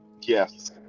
Yes